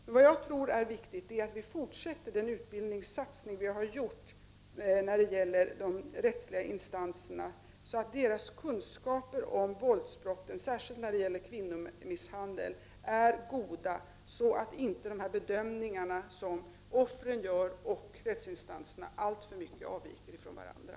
Något jag tror är viktigt är att vi fortsätter utbildningssatsningen beträffande de rättsliga instanserna, så att deras kunskaper om våldsbrotten, särskilt kvinnomisshandel, är goda. Offrens och rättsinstansernas bedömning får inte alltför mycket avvika från varandra.